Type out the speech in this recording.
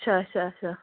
اچھا اچھا اچھا